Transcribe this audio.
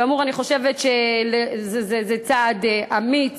כאמור, אני חושבת שזה צעד אמיץ,